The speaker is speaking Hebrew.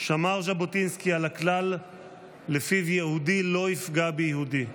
שמר ז'בוטינסקי על הכלל שלפיו יהודי לא יפגע ביהודי.